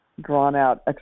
drawn-out